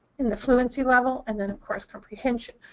in the fluency level, and then of course comprehension.